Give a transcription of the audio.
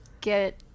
get